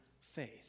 faith